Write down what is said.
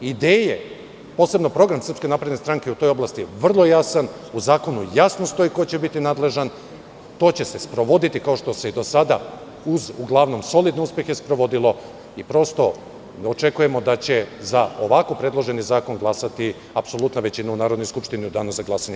Ideje, posebno program SNS u toj oblasti je vrlo jasan, u zakonu jasno stoji ko će biti nadležan, to će se sprovoditi kao što se i do sada, uz uglavnom solidne uspehe sprovodilo i očekujemo da će za ovako predloženi zakon glasati apsolutna većina u Narodnoj skupštini u danu za glasanje.